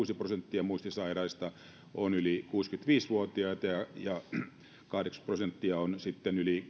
ongelma yhdeksänkymmentäkuusi prosenttia muistisairaista on yli kuusikymmentäviisi vuotiaita ja ja kahdeksankymmentä prosenttia on sitten yli